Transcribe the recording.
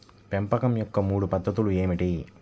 పెంపకం యొక్క మూడు పద్ధతులు ఏమిటీ?